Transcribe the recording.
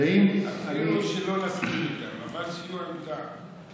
אפילו שלא נסכים איתם, אבל שיהיו עם טעם.